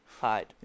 hide